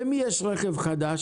למי יש רכב חדש?